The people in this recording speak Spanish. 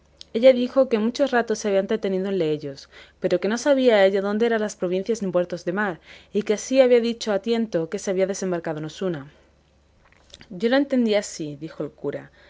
ella dijo que muchos ratos se había entretenido en leellos pero que no sabía ella dónde eran las provincias ni puertos de mar y que así había dicho a tiento que se había desembarcado en osuna yo lo entendí así dijo el cura